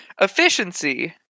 Efficiency